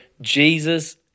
Jesus